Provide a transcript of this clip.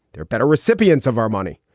they're better recipients of our money.